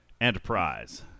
Enterprise